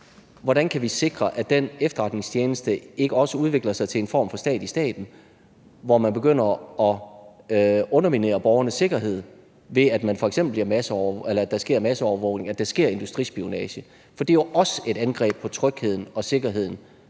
hvordan vi kan sikre, at den efterretningstjeneste ikke også udvikler sig til en form for stat i staten, hvor man begynder at underminere borgernes sikkerhed, ved at der sker masseovervågning og der sker industrispionage. For dét er jo også et angreb på trygheden og sikkerheden